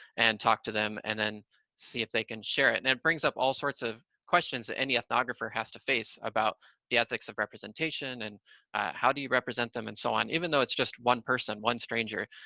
and talk to them, and then see if they can share it, and it brings up all sorts of questions that any ethnographer has to face about the ethics of representation and how do you represent them and so on, even though it's just one person, one stranger,